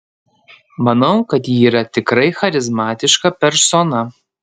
manau kad ji yra tikrai charizmatiška persona